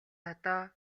одоо